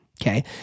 Okay